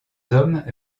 hommes